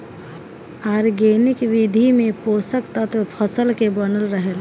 organic विधि में पोषक तत्व फसल के बनल रहेला